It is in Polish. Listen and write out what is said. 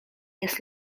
jest